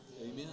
Amen